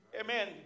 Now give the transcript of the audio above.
amen